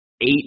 eight